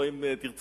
או אם תרצו,